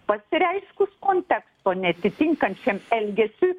pasireiškus konteksto neatitinkančiam elgesiui